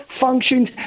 functions